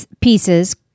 pieces